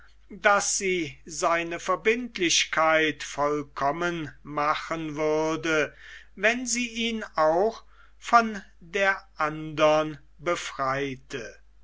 daß sie seine verbindlichkeit vollkommen machen würde wenn sie ihn auch von der andern befreite